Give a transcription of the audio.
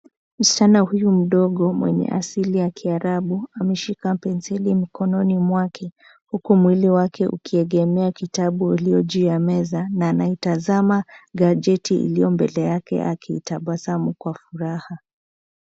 Msichana huyu mdogo mwenye asili ya kiarabu ameshika penseli mikononi mwake huku mwili wake ukiegemea kitabu ulijuu ya meza na anaitazama gajeti iliyo mbele yake akitabasamu kwa furaha.